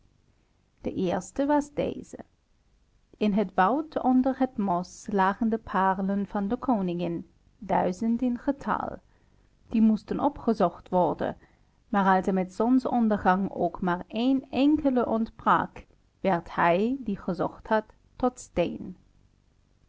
de eerste was deze in het woud onder het mos lagen de paarlen van de koningin duizend in getal die moesten opgezocht worden maar als er met zonsondergang ook maar een enkele ontbrak werd hij die gezocht had tot steen